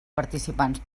participants